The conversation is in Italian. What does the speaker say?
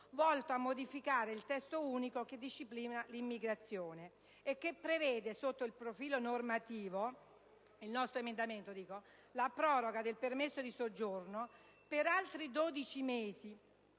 volto a modificare il testo unico che disciplina l'immigrazione. Il nostro emendamento prevede, sotto il profilo normativo, la proroga del permesso di soggiorno per altri 12 mesi